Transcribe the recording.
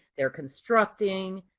they're constructing.